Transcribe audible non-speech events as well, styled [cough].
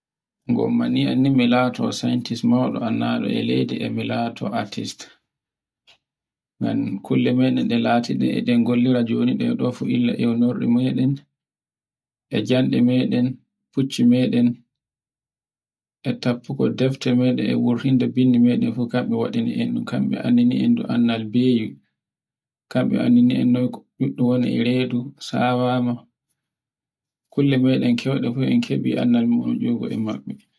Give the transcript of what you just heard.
gomma ni mi laato scientist mauɗo e laɗe e leydi e mita artist, [noise] ngam kulle meɗen e laato e ɗen gollira e nurɗe meden, e jande meɗen, fuccu meɗen, e tafku defte meɗen, e wurtinde bindi meɗen fu kambe wadi ni ma, em be annal beey, [noise] kambe annanen e noy bebbe woni e redu, sawama, kulle meɗen keuɗe fu en keɗi anne mabbe.